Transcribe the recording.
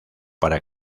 para